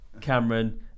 Cameron